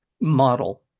model